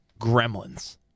gremlins